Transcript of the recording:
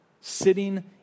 sitting